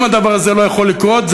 אם הדבר הזה לא יכול לקרות,